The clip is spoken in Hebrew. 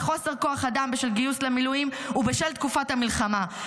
בחוסר כוח אדם בשל גיוס למילואים ובשל תקופת המלחמה.